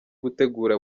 gutegura